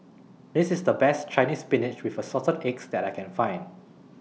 This IS The Best Chinese Spinach with Assorted Eggs that I Can Find